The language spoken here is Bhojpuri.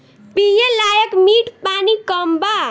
पिए लायक मीठ पानी कम बा